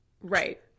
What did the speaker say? Right